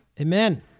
Amen